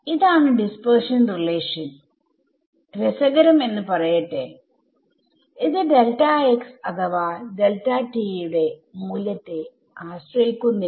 ഇതാണ് ഡിസ്പ്പേർഷൻ റിലേഷൻരസകരം എന്ന് പറയട്ടെ ഇത് അഥവാ ന്റെ മൂല്യത്തെ ആശ്രയിക്കുന്നില്ല